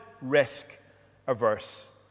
risk-averse